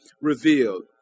revealed